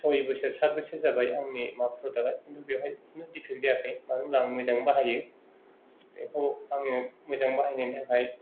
सयबोसोर साटबोसोर जाबाय आंनि प्रदाका बेवहाय खुनु दिफेक जायाखै मानो होनब्ला आं मोजाङै बाहायो बेखौ आङो मोजाङै बाहायनायनि थाखाय